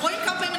אני